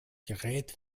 gerät